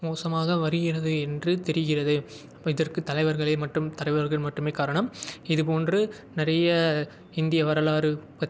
மோசமாக வருகிறது என்று தெரிகிறது இதற்கு தலைவர்களே மட்டும் தலைவர்கள் மட்டுமே காரணம் இது போன்று நிறைய இந்திய வரலாறு பற்றி